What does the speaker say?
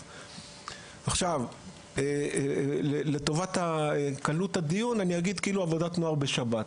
על מנת להקל על הדיון אגיד כאילו עבודת נוער בשבת.